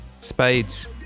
spades